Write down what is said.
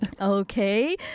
okay